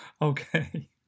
Okay